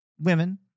women